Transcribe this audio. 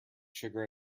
sugar